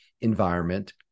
environment